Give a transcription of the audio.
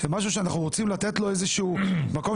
משהו שאנחנו רוצים לתת לו איזשהו מקום